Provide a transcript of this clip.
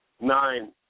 Nine